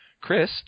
Chris